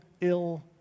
ill